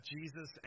Jesus